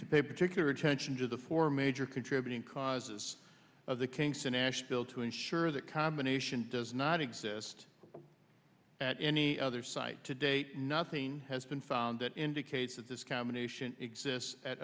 to pay particular attention to the four major contributing causes of the kinks in nashville to ensure that combination does not exist at any other site to date nothing has been found that indicates that this combination exists at